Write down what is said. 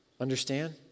Understand